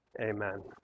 Amen